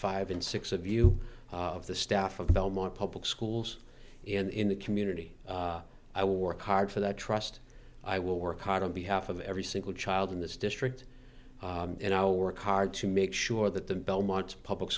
five in six of you of the staff of belmont public schools in the community i will work hard for that trust i will work hard on behalf of every single child in this district you know work hard to make sure that the belmont public